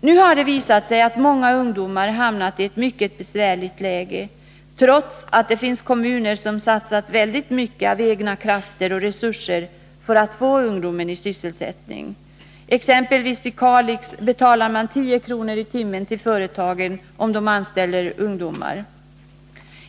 Nu har det visat sig att många ungdomar har hamnat i ett mycket besvärligt läge, trots att det finns kommuner som har satsat väldigt mycket av egna krafter och resurser för att ge ungdom sysselsättning. I Kalix t.ex. betalar man 10 kr. i timmen till företagen om de anställer ungdomar.